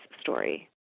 story